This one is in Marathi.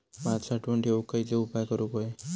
भात साठवून ठेवूक खयचे उपाय करूक व्हये?